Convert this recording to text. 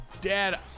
dad